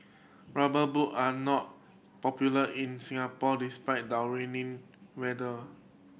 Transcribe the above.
rubber boot are not popular in Singapore despited our rainy weather